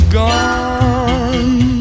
gone